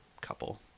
couple